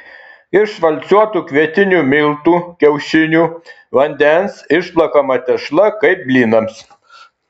iš valcuotų kvietinių miltų kiaušinių vandens išplakama tešla kaip blynams